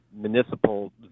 municipal